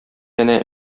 әнә